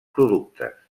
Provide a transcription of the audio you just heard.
productes